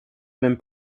been